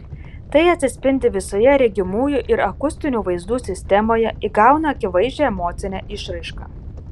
tai atsispindi visoje regimųjų ir akustinių vaizdų sistemoje įgauna akivaizdžią emocinę išraišką